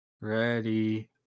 ready